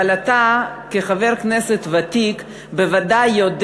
אבל אתה כחבר כנסת ותיק בוודאי יודע